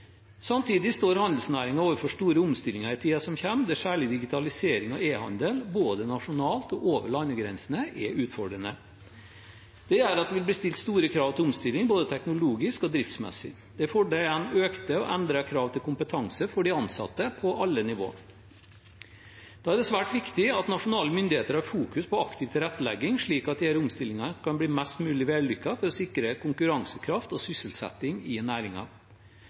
Samtidig står handelsnæringen overfor store omstillinger i tiden som kommer, der særlig digitalisering og e-handel, både nasjonalt og over landegrensene, er utfordrende. Det gjør at det vil bli stilt store krav til omstilling, både teknologisk og driftsmessig. Det fordrer igjen økte og endrede krav til kompetanse for de ansatte på alle nivå. Da er det svært viktig at nasjonale myndigheter har fokus på aktiv tilrettelegging, slik at disse omstillingene kan bli mest mulig vellykkede for å sikre konkurransekraft og sysselsetting i